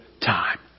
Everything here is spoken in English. time